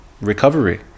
recovery